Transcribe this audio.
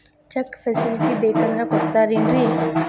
Check facility ಬೇಕಂದ್ರ ಕೊಡ್ತಾರೇನ್ರಿ?